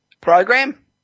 program